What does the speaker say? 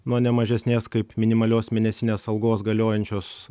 nuo nemažesnės kaip minimalios mėnesinės algos galiojančios